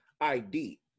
ID